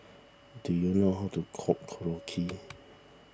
do you know how to cook Korokke